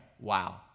Wow